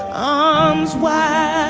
arms wide